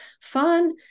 Fun